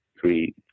three